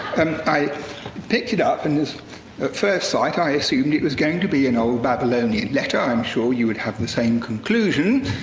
i picked it up, and at first sight i assumed it was going to be an old babylonian letter, i'm sure you would have the same conclusion.